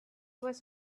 was